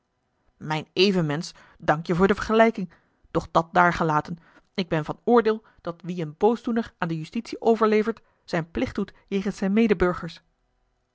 mijn evenmensch dankje voor de vergelijking doch dat daargelaten ik ben van oordeel dat wie een boosdoener aan de justitie overlevert zijn plicht doet jegens zijne